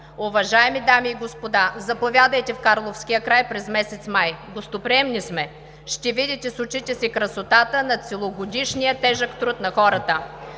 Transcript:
Уважаеми дами и господа, заповядайте в карловския край през месец май, гостоприемни сме. Ще видите с очите си красотата на целогодишния тежък труд на хората.